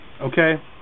okay